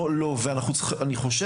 או לא ואני חושב,